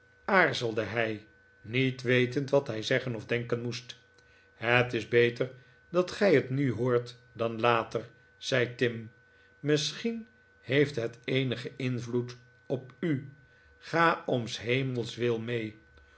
aarzelde hij niet wetend wat hij zeggen of denken moest het is beter dat gij het nu hoort dan later zei tim misschien heeft het eenigen invloed op u ga om s hemels wil mee